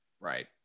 Right